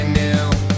new